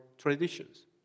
traditions